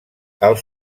els